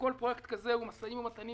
וכל פרויקט כזה כולל משאים ומתנים